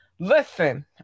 Listen